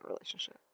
relationship